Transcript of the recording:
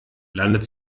landet